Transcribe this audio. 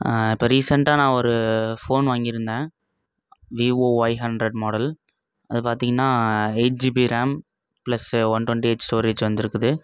இப்போ ரீசெண்டாக நான் ஒரு ஃபோன் வாங்கிஇருந்தேன் விவோ ஒய் ஹண்ட்ரேட் மாடல் அது பார்த்தீங்கன்னா eight GB RAM plus one twenty eight storage வந்துஇருக்குது